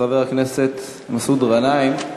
חבר הכנסת מסעוד גנאים.